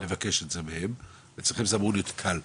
לבקש את זה מהם, אצלכם זה אמור להיות קל,